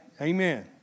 Amen